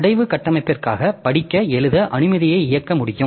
அடைவு கட்டமைப்பிற்காக படிக்க எழுத அனுமதியை இயக்க முடியும்